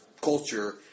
culture